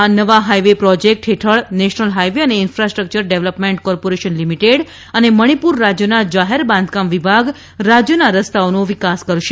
આ નવા highway project હેઠળ નેશનલ હાઇવે અને ઇન્ફાસ્ટ્રક્યર ડેવલપમેન્ટ કોર્પોરેશન લિમિટેડ અને મણિપુર રાજ્યના જાહેર બાંધકામ વિભાગ રાજ્યના રસ્તાઓનો વિકાસ કરશે